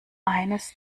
eines